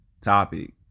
topic